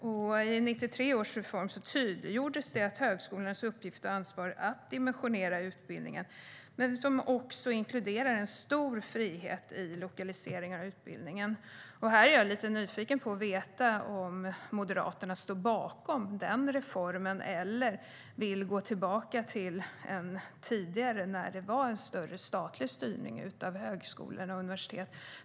I 1993 års reform tydliggjordes högskolornas uppgift och ansvar att dimensionera utbildningen, men det inkluderar stor frihet i fråga om lokalisering av utbildningen. Jag är lite nyfiken på om Moderaterna står bakom den reformen eller vill gå tillbaka till en tidigare, när det var större statlig styrning av högskolor och universitet.